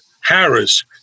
Harris